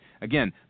Again